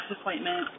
appointment